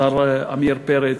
השר עמיר פרץ,